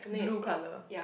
blue colour